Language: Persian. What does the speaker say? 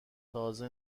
تازه